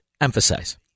emphasize